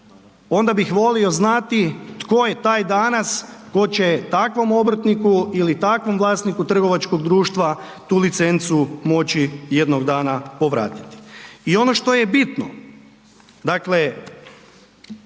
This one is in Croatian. onda bih volio znati tko je taj danas tko će takvom obrtniku ili takvom vlasniku trgovačkog društva tu licencu moći jednog dana povratiti. I ono što je bitno, mi